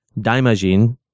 Daimajin